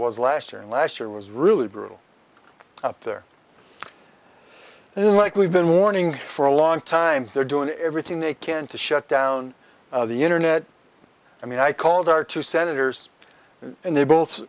was last year and last year was really brutal up there like we've been warning for a long time they're doing everything they can to shut down the internet i mean i called our two senators and they both